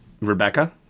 Rebecca